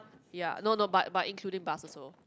ya no no but but including bus also